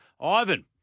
Ivan